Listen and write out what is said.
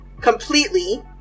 completely